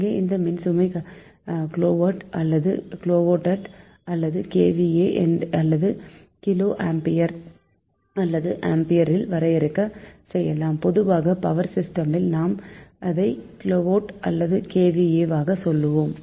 இங்கே இந்த மின்சுமை கிலோவாட் அல்லது கிலோவோல்ட் அல்லது kVA அல்லது கிலோஆம்பியர் அல்லது ஆம்பியர் ல் வரையறை செய்யலாம் பொதுவாக பவர் சிஸ்டமில் நாம் இதை கிலோவாட் அல்லது kVA வாக சொல்லுவோம்